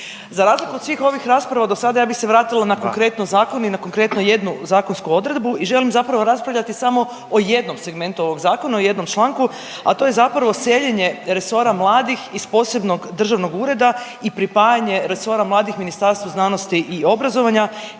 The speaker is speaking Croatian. Za razliku od svih ovih rasprava do sada ja bih se vratila na konkretno zakon i na konkretno jednu zakonsku odredbu i želim zapravo raspravljati samo o jednom segmentu ovog zakona, o jednom članku, a to je zapravo seljenje resora mladih iz posebnog državnog ureda i pripajanje resora mladih Ministarstvu znanosti i obrazovanja